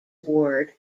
ward